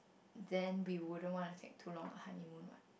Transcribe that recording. then we wouldn't wanna take took long of honeymoon what